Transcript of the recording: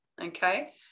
Okay